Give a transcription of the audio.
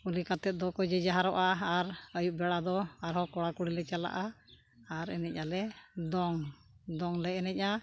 ᱠᱩᱞᱤ ᱠᱟᱛᱮᱫ ᱫᱚᱠᱚ ᱡᱮ ᱡᱟᱦᱟᱨᱚᱜᱼᱟ ᱟᱨ ᱟᱹᱭᱩᱵ ᱵᱮᱲᱟ ᱫᱚ ᱟᱨᱦᱚᱸ ᱠᱚᱲᱟ ᱠᱩᱲᱤ ᱞᱮ ᱪᱟᱞᱟᱜᱼᱟ ᱟᱨ ᱮᱱᱮᱡ ᱟᱞᱮ ᱫᱚᱝ ᱫᱚᱝ ᱞᱮ ᱮᱱᱮᱡᱼᱟ